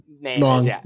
long